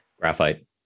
Graphite